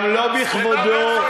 גם לא בכבודו, מספיק.